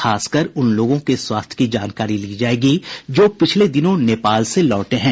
खास कर उन लोगों के स्वास्थ्य की जानकारी ली जायेगी जो पिछले दिनों नेपाल से लौटे हैं